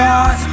God